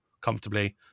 comfortably